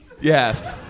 Yes